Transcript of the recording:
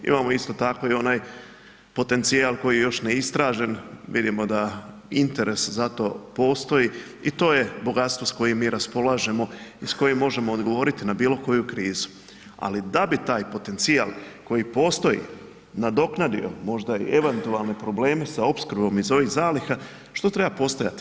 Imamo isto tako i onaj potencijal koji je još neistražen, vidimo da interes za to postoji i to je bogatstvo s kojim mi raspolažemo i s kojim možemo odgovorit na bilo koju krizu, ali da bi taj potencijal koji postoji nadoknadio možda i eventualne probleme sa opskrbom iz ovih zaliha, što treba postojati?